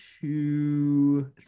two